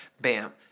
Bam